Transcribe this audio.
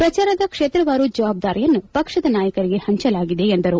ಪ್ರಚಾರದ ಕ್ಷೇತ್ರವಾರು ಜವಾಬ್ದಾರಿಯನ್ನು ಪಕ್ಷದ ನಾಯಕರಿಗೆ ಪಂಚಲಾಗಿದೆ ಎಂದರು